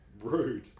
Rude